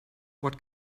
what